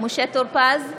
משה טור פז,